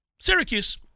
Syracuse